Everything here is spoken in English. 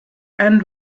end